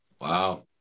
Wow